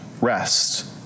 rest